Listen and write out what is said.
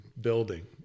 building